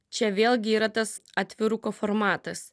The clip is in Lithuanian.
čia vėlgi yra tas atviruko formatas